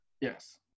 Yes